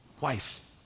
wife